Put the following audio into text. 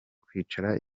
kwicara